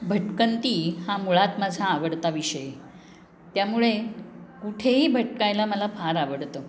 भटकंती हा मुळात माझा आवडता विषय त्यामुळे कुठेही भटकायला मला फार आवडतं